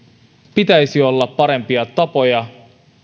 pitäisi olla parempia tapoja